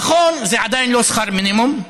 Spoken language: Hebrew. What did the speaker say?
נכון, זה עדיין לא שכר מינימום,